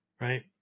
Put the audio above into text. Right